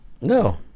No